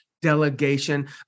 delegation